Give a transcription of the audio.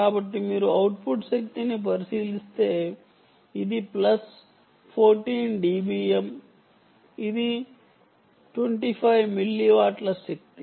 కాబట్టి మీరు అవుట్పుట్ శక్తిని పరిశీలిస్తే ఇది ప్లస్ 14 డిబిఎమ్ ఇది 25 మిల్లీవాట్ల శక్తి